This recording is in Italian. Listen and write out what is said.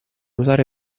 usare